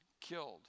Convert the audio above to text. killed